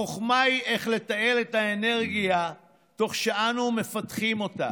החוכמה היא איך לתעל את האנרגיה תוך שאנו מפתחים אותה